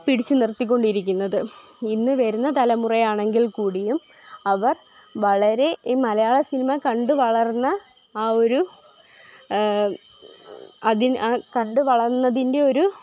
പിടിച്ചുനിർത്തിക്കൊണ്ടിരിക്കുന്നത് ഇന്ന് വരുന്ന തമുറയാണെങ്കിൽ കൂടിയും അവർ വളരെ ഈ മലയാള സിനിമ കണ്ട് വളർന്ന ആ ഒരു കണ്ടുവളർന്നതിൻ്റെ ഒരു